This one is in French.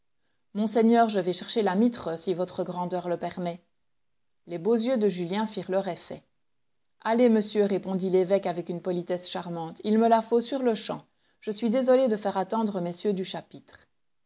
monseigneur je vais chercher la mitre si votre grandeur le permet les beaux yeux de julien firent leur effet allez monsieur répondit l'évêque avec une politesse charmante il me la faut sur-le-champ je suis désolé de faire attendre messieurs du chapitre